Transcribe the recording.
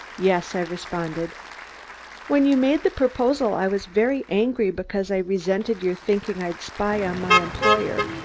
yes, i responded when you made that proposal, i was very angry because i resented your thinking i'd spy on my employer.